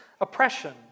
oppression